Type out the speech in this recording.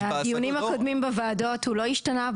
מהדיונים הקודמים בוועדות הוא לא השתנה,